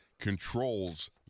controls